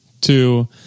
Two